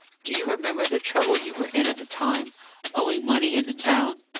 do you remember the trouble you were in at the time owing money in the town?